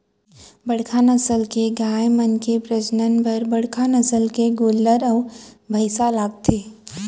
बड़का नसल के गाय मन के प्रजनन बर बड़का नसल के गोल्लर अउ भईंसा लागथे